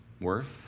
worth